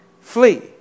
Flee